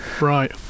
Right